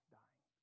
dying